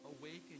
awaken